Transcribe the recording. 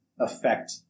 affect